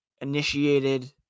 initiated